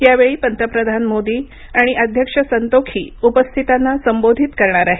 यावेळीपंतप्रधान मोदी आणि अध्यक्ष संतोखी उपस्थितांना संबोधित करणार आहेत